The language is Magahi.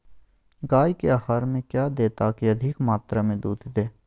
गाय को आहार में क्या दे ताकि अधिक मात्रा मे दूध दे?